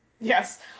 Yes